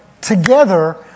together